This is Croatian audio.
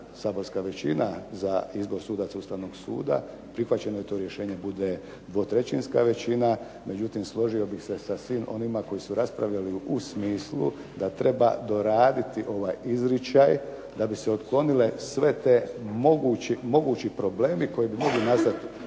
saborska većina, za izbor sudaca Ustavnog suda, prihvaćeno to rješenje bude 2/3 većina, međutim, složio bih se sa svim onima koji su raspravljali u smislu da treba doraditi ovaj izričaj da bi se otklonile sve te mogući problemi koji bi mogli nastati